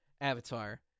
Avatar